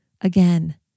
Again